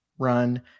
run